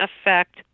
affect